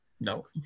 No